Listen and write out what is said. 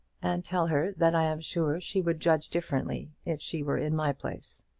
and tell her that i am sure she would judge differently if she were in my place.